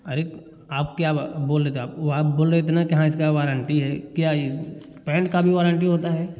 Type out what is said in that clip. अरे आप क्या बा बोल रहे थे आप वो आप बोल रहे थे ना कि हाँ इसका वारंटी है क्या ये पैंट का भी वारंटी होता है